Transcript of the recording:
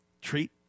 treat